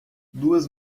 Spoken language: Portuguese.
duas